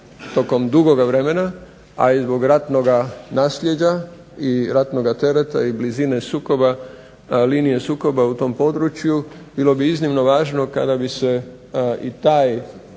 tokom dugoga vremena, a i zbog ratnoga naslijeđa i ratnoga tereta i blizine linije sukoba u tom području bilo bi iznimno važno kada bi se i taj